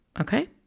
Okay